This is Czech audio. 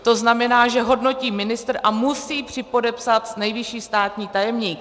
To znamená, že hodnotí ministr a musí připodepsat nejvyšší státní tajemník.